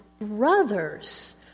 brothers